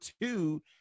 two